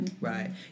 Right